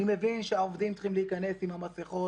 אני מבין שהעובדים צריכים להיכנס עם המסכות